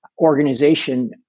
organization